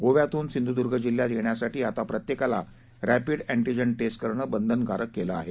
गोव्यातून सिंधुदुर्ग जिल्ह्यात येण्यासाठी आता प्रत्येकाला रॅपिड अँटिजेन टेस्ट करण बंधनकारक केलं आहे